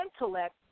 intellect